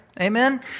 Amen